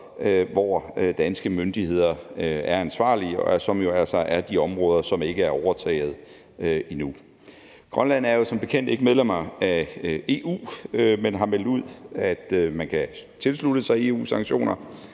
hvor danske myndigheder er ansvarlige, og det er jo altså de områder, som ikke er overtaget endnu. Grønland er jo som bekendt ikke medlem af EU, men har meldt ud, at man kan tilslutte sig EU's sanktioner.